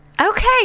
okay